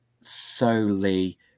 solely